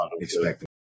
expected